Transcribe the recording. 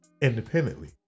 independently